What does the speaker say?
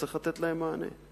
צריך לתת להן מענה.